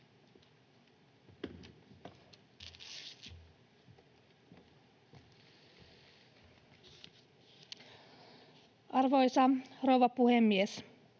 Arvoisa rouva puhemies!